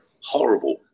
horrible